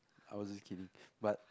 I was just kidding but